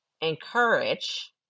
encourage